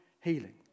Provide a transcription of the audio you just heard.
healing